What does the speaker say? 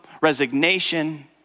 resignation